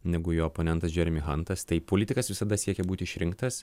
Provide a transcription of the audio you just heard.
negu jo oponentas džeremi hantas tai politikas visada siekia būt išrinktas